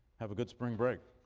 have a good spring break.